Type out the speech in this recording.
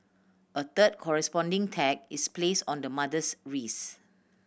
a third corresponding tag is placed on the mother's wrist